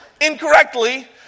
incorrectly